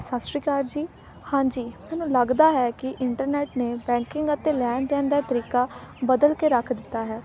ਸਤਿ ਸ਼੍ਰੀ ਅਕਾਲ ਜੀ ਹਾਂਜੀ ਮੈਨੂੰ ਲੱਗਦਾ ਹੈ ਕਿ ਇੰਟਰਨੈਟ ਨੇ ਬੈਂਕਿੰਗ ਅਤੇ ਲੈਣ ਦੇਣ ਦਾ ਤਰੀਕਾ ਬਦਲ ਕੇ ਰੱਖ ਦਿੱਤਾ ਹੈ